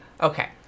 Okay